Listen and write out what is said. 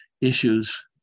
issues